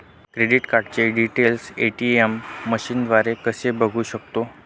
Credit कार्डचे details ATM मशीनद्वारे कसे बघू शकतो?